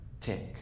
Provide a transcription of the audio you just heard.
tick